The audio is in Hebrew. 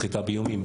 סחיטה באיומים,